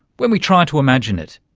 when we try to imagine it.